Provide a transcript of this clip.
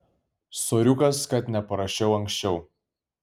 soriukas kad neparašiau anksčiau